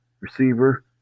receiver